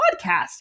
podcast